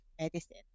medicine